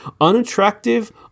unattractive